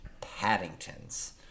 Paddington's